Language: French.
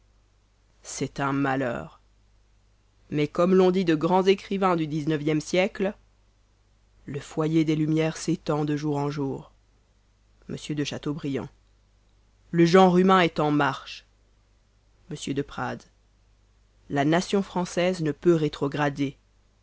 c'est un malheur mais comme l'ont dit de grands écrivains du xixe siècle le foyer des lumières s'étend de jour en jour le genre humain est en marche la nation française ne peut rétrograder